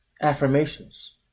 affirmations